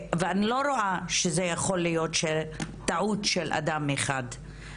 ואני לא רואה שזה יכול להיות טעות של אדם אחד.